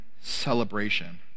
celebration